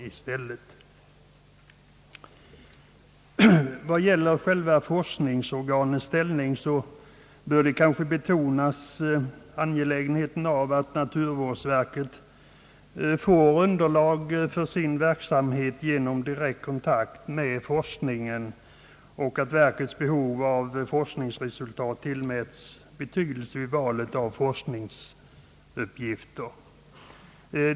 Beträffande själva forskningsorganets ställning bör man kanske betona angelägenheten av att naturvårdsverket får underlag för sin verksamhet genom direkt kontakt med forskningen och ati verkets behov av forskningsresultat tillmäts betydelse vid valet av forskningsuppgifter.